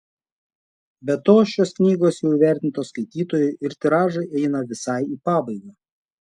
be to šios knygos jau įvertintos skaitytojų ir tiražai eina visai į pabaigą